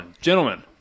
Gentlemen